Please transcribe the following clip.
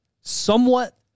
somewhat